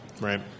Right